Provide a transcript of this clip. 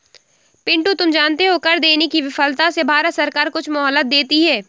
पिंटू तुम जानते हो कर देने की विफलता से भारत सरकार कुछ मोहलत देती है